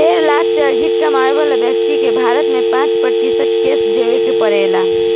ढाई लाख से अधिक कमाए वाला व्यक्ति के भारत में पाँच प्रतिशत टैक्स देवे के पड़ेला